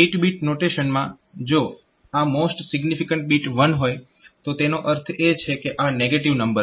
8 bit નોટેશનમાં જો આ મોસ્ટ સિગ્નિફિકન્ટ બીટ 1 હોય તો તેનો અર્થ એ છે કે આ નેગેટીવ નંબર છે